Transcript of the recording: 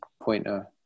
pointer